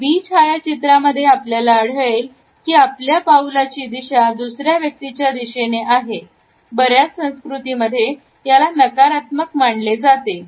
B छायाचित्रांमध्ये आपल्याला आढळेल की आपल्या पाऊलाची दिशा दुसऱ्या व्यक्तीच्या दिशेने आहे बऱ्याच संस्कृतीमध्ये याला नकारात्मक मानले जाते